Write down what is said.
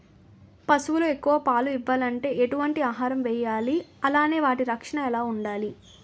పశువులు ఎక్కువ పాలు ఇవ్వాలంటే ఎటు వంటి ఆహారం వేయాలి అలానే వాటి రక్షణ ఎలా వుండాలి?